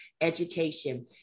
education